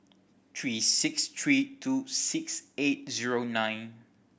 three six three two six eight zero nine